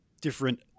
different